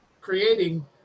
creating